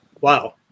Wow